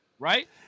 Right